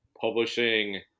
publishing